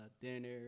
dinner